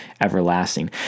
everlasting